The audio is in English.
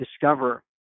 discover